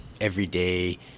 everyday